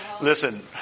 Listen